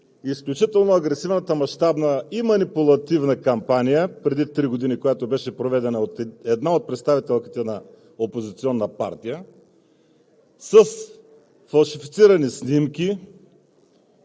Причината да задам този въпрос е изключително агресивната, мащабна и манипулативна кампания преди три години, която беше проведена от една от представителките на опозиционна партия,